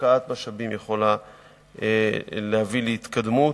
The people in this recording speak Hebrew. השקעת משאבים יכולה להביא להתקדמות.